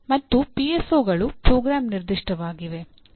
ಮತ್ತು ಪಿಎಸ್ಒಗಳು ಪ್ರೋಗ್ರಾಂ ನಿರ್ದಿಷ್ಟವಾಗಿವೆ